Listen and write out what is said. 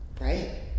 Right